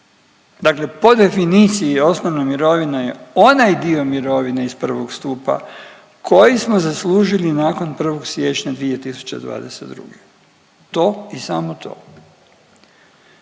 Dakle po definiciji osnovna mirovina je onaj dio mirovine iz I. stupa koji smo zaslužili nakon 1. siječnja 2022., to i samo to.